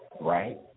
Right